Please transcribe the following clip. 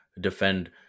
defend